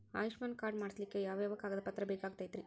Ayushman card ಮಾಡ್ಸ್ಲಿಕ್ಕೆ ಯಾವ ಯಾವ ಕಾಗದ ಪತ್ರ ಬೇಕಾಗತೈತ್ರಿ?